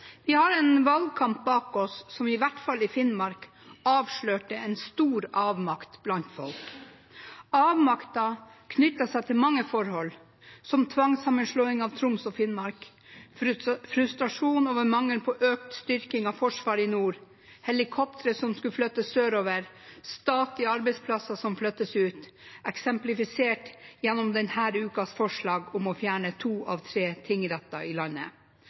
Vi har en valgkamp bak oss som i hvert fall i Finnmark avslørte en stor avmakt blant folk. Avmakten knytter seg til mange forhold, som tvangsammenslåingen av Troms og Finnmark, frustrasjon over mangel på økt styrking av Forsvaret i nord, helikoptre som skulle flyttes sørover, statlige arbeidsplasser som flyttes ut, eksemplifisert gjennom denne ukens forslag om å fjerne to av tre tingretter i landet.